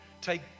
take